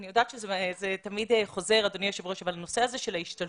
אני יודעת שתמיד זה חוזר אבל הנושא הזה של ההשתלבות